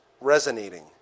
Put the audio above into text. resonating